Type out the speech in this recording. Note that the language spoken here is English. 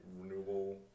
Renewable